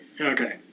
Okay